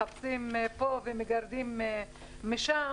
מחפשים מפה ומגרדים משם,